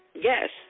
Yes